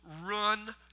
run